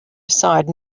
aside